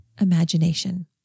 imagination